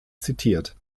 zitiert